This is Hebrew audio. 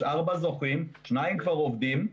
יש ארבעה זוכים כאשר שניים כבר עובדים.